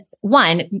one